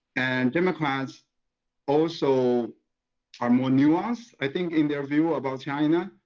and democrats also are more nuanced, i think, in their view about china.